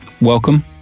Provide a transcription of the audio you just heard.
Welcome